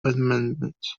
amendments